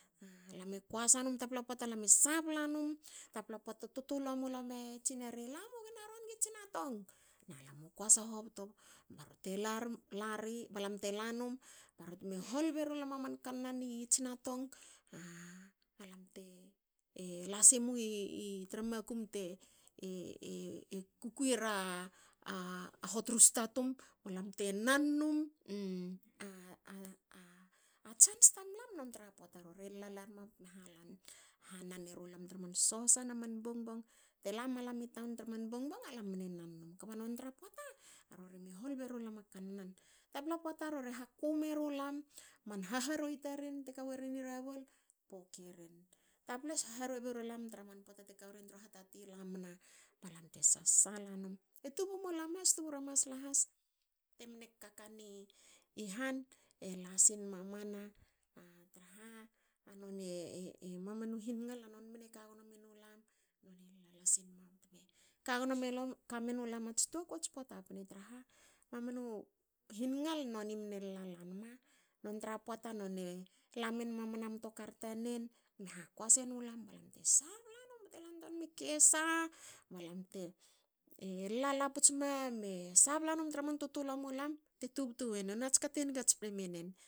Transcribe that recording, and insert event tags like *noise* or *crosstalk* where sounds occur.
Lame koasa num. tapla poata lame sabla num. tapla poata tutuluamulam e tsineri," lamu gena ron i tsinatong,"na lam u koasa hobto ba rorte lari. Balam te lanum. ba rorte me hol be rulam a man kannan i tsinatong balam te la simu *hesitation* tra makum te *hesitation* kui era hot rusta tum balam te nan num. a tsans tamlam nontra poata. Rore lala rme bte me hala. hanan eru lam tra man sohsa na man bongbong. Te la malam i taun tra man bongbong alam mne nan num. kba non tra pota, rori me hol be rulam a kannan. Tapla pota rore hakume rulam man haharuei taren teka woren rabol. pokeren. Taple haharuei be rulam tra man pota te ka weren tra *hesitation* hatati i lamna. balam te sasasla num- e tama mulam has e tubura masla has temne kakani han. sinmamana traha mamanu hingal. a non mne kagono menulam. Noni e lala sinma bte me kagono ka menulam ats toaku ats pota pne traha. mamanu hingal noni mne lala nma non tra pota. none lamen mamana mtokar tanen me hakoase nulam. balam te sabla num bte lan toa num i kessa. balam te lala puts ma. me sabla num traman tutulua mulam te tubtu wenen. nona ka tspne te niga menen